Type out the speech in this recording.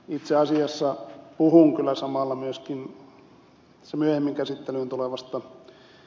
itse asiassa puhun kyllä samalla myöskin myöhemmin käsittelyyn tulevasta ed